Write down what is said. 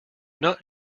not